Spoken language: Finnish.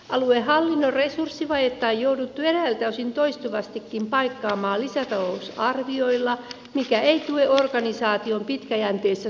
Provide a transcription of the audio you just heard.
aluehallinnon resurssivajetta on jouduttu eräiltä osin toistuvastikin paikkaamaan lisätalousarvioilla mikä ei tue organisaation pitkäjänteistä suunnittelua ja kehittämistä